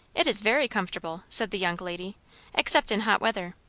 it is very comfortable, said the young lady except in hot weather.